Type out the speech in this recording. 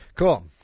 Cool